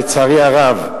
לצערי הרב.